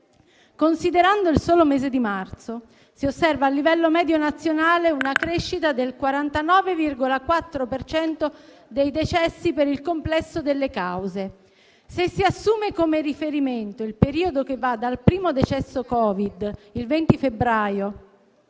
Considerando il solo mese di marzo, a livello medio nazionale si osserva una crescita del 49,4 per cento dei decessi per il complesso delle cause; se si assume come riferimento il periodo che va dal primo decesso Covid (il 20 febbraio)